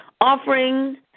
offering